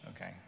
okay